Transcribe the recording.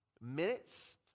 minutes